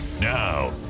Now